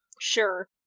Sure